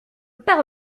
père